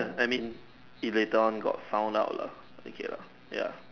I mean it later on got found out lah okay lah ya